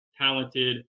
talented